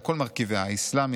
על כל מרכיביה: האסלאמי,